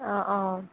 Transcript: অ অ